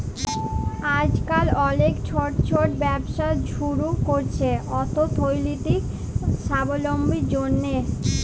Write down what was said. আইজকাল অলেক ছট ছট ব্যবসা ছুরু ক্যরছে অথ্থলৈতিক সাবলম্বীর জ্যনহে